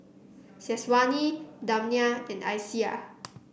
Syazwani Damia and Aisyah